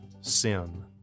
Sin